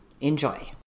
Enjoy